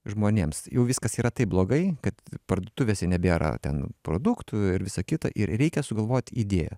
žmonėms jau viskas yra taip blogai kad parduotuvėse nebėra ten produktų ir visa kita ir reikia sugalvot idėją